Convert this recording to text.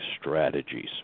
strategies